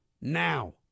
now